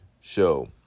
show